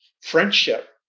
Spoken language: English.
friendship